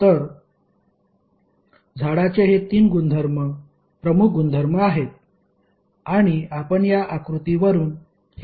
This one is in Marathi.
तर झाडाचे हे तीन प्रमुख गुणधर्म आहेत आणि आपण या आकृतीवरून हे गुणधर्म समजून घेऊया